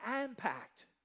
impact